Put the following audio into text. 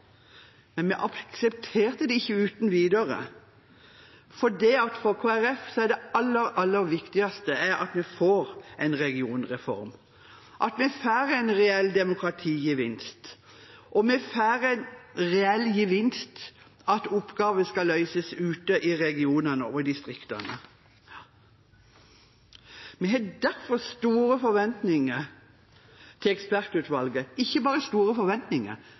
Men politikk handler om å bygge kompromiss. Vi nådde ikke fram, og det må vi akseptere. Vi aksepterte det ikke uten videre. For Kristelig Folkeparti er det aller, aller viktigste at vi får en regionreform, og at vi får en reell demokratigevinst. Og vi får en reell gevinst ved at oppgaver skal løses ute i regionene og distriktene. Vi har derfor store forventninger til ekspertutvalget. Ikke bare